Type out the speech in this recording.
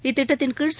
இத்திட்டத்தின்கீழ்